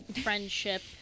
friendship